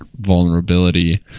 vulnerability